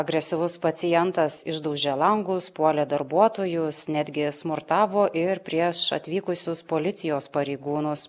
agresyvus pacientas išdaužė langus puolė darbuotojus netgi smurtavo ir prieš atvykusius policijos pareigūnus